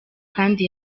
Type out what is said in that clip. kandi